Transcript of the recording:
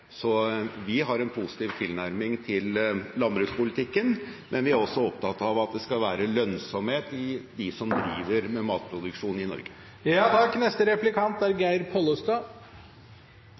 Så vi har en positiv tilnærming til landbrukspolitikken, men vi er også opptatt av at det skal være lønnsomhet for dem som driver med matproduksjon i